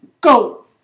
go